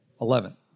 eleven